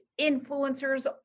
influencers